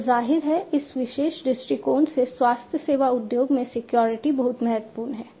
तो जाहिर है इस विशेष दृष्टिकोण से स्वास्थ्य सेवा उद्योग में सिक्योरिटी बहुत महत्वपूर्ण है